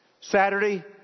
Saturday